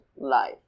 life